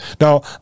Now